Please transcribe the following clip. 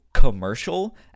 commercial